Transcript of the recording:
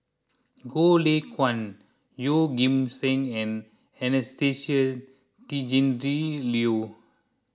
Goh Lay Kuan Yeoh Ghim Seng and Anastasia Tjendri Liew